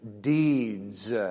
deeds